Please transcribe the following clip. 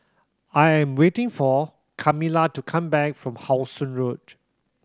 I am waiting for Kamila to come back from How Sun Road